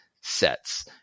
sets